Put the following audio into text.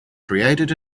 created